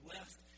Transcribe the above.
Left